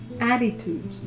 attitudes